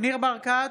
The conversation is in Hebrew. ניר ברקת,